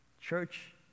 Church